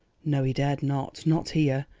no, he dared not not here.